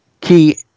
key